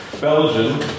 Belgium